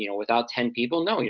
you know without ten people, no,